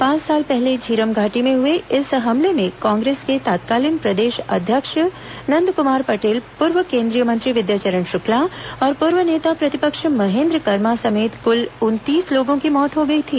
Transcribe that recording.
पांच साल पहले झीरम घाटी में हुए इस हमले में कांग्रेस के तत्कालीन प्रदेश अध्यक्ष नंदकुमार पटेल पूर्व केन्द्रीय मंत्री विद्याचरण शुक्ला और पूर्व नेता प्रतिपक्ष महेन्द्र कर्मा समेत क्ल उनतीस लोगों की मौत हो गई थी